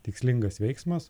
tikslingas veiksmas